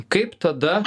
kaip tada